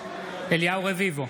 אליהו רביבו,